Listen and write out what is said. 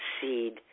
seed